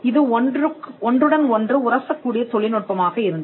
இது ஒன்றுடன் ஒன்று உரசக் கூடிய தொழில்நுட்பமாக இருந்தது